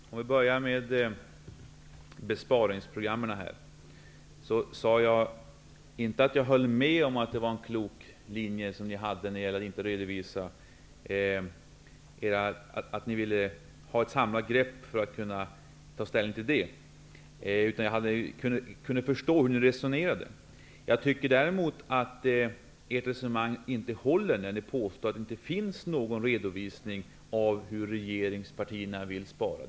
Herr talman! Först något om besparingsprogrammen. Jag sade inte att jag höll med om att er linje var klok när det gällde er vilja att ha ett samlat grepp för att kunna ta ställning. I stället kunde jag förstå hur ni resonerat. Däremot tycker jag att ert resonemang inte håller när det gäller ert påstående att det inte finns någon redovisning av hur regeringspartierna vill spara.